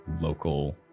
local